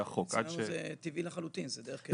אצלנו זה טבעי לחלוטין, זה דרך קבע.